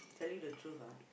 tell you the truth ah